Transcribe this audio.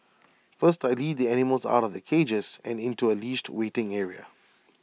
first I lead the animals out of their cages and into A leashed waiting area